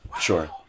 Sure